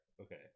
Okay